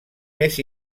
més